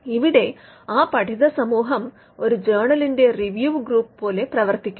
ഇവിടെ ആ പഠിത സമൂഹം ഒരു ജേർണലിന്റെ റിവ്യു ഗ്രൂപ്പ് പോലെ പ്രവർത്തിക്കുന്നു